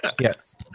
Yes